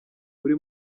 buri